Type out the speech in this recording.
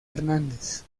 hernández